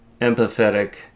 empathetic